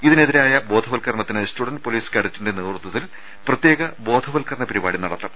ഇതിനെതിരായ ബോധവൽക്കരണത്തിന് student police കേഡറ്റിന്റെ നേതൃത്വത്തിൽ പ്രത്യേക ബോധവൽക്കരണ പരിപാടി നടത്തും